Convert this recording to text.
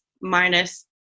minus